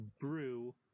brew